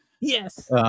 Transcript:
Yes